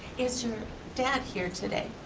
is your dad here today?